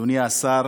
אדוני השר,